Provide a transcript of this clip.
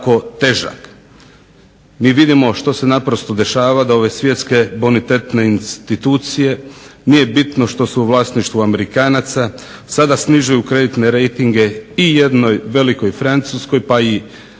Mi vidimo što se naprosto dešava da ove svjetske bonitetne institucije, nije bitno što su u vlasništvu Amerikanaca, sada snižuju kreditne rejtinge i jedno velikoj Francuskoj, pa i